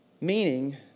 Meaning